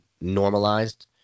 normalized